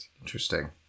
Interesting